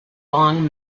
long